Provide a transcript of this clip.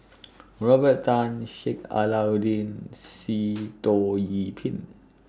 Robert Tan Sheik Alauddin and Sitoh Yih Pin